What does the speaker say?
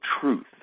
truth